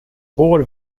går